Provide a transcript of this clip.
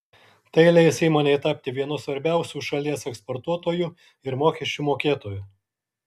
tai leis įmonei tapti vienu svarbiausių šalies eksportuotoju ir mokesčių mokėtoju